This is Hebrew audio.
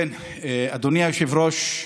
אדוני היושב-ראש,